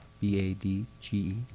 B-A-D-G